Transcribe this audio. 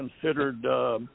considered